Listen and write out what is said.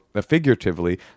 figuratively